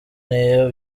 niyo